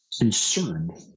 concerned